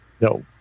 No